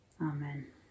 Amen